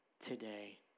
today